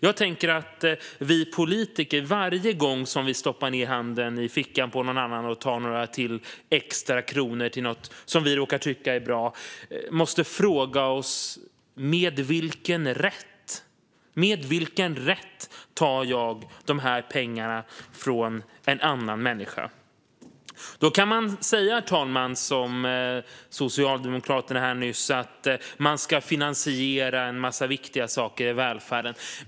Jag tänker att vi politiker varje gång vi stoppar ned handen i fickan på någon annan och tar ytterligare några extra kronor till något som vi råkar tycka är bra måste fråga oss: Med vilken rätt? Med vilken rätt tar jag de här pengarna från en annan människa? Herr talman! Man kan säga som Socialdemokraterna gjorde här nyss, att man ska finansiera en massa viktiga saker i välfärden.